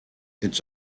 its